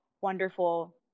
wonderful